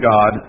God